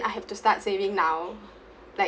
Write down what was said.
I have to start saving now like